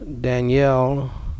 Danielle